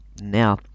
Now